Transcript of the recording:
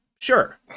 Sure